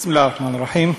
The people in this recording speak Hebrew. בסם אללה א-רחמאן א-רחים.